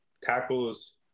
tackles